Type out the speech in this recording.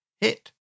hit